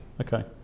okay